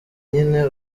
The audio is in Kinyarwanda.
nyine